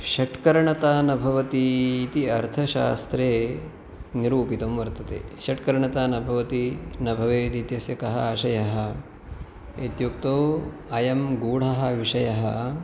षट्करणता न भवति इति अर्थशास्त्रे निरूपितं वर्तते षट्करणता न भवति न भवेत् इत्यस्य कः आशयः इत्युक्तौ अयं गूढः विषयः